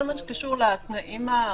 כל מה שקשור לתנאים הרפואיים,